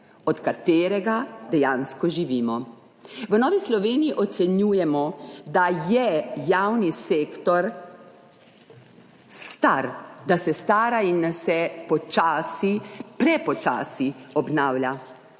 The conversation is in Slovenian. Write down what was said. od katerega dejansko živimo. V Novi Sloveniji ocenjujemo, da je javni sektor star, da se stara in da se počasi, prepočasi obnavlja.